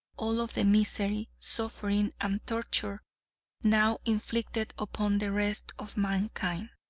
all of the misery, suffering, and torture now inflicted upon the rest of mankind.